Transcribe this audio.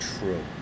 true